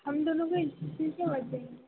हम दोनों को